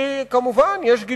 כי,